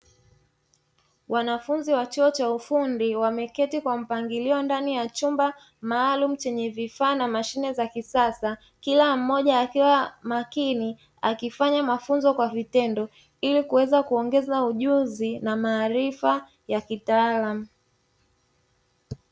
Wanafunzi wa chuo cha ufundi wameketi kwa mpangilio ndani ya chumba maalum chenye vifaa na mashine za kisasa, kila mmoja akawa makini akifanya mafunzo kwa vitendo ili kuweza kuongeza ujuzi na maarifa ya kitaalamu.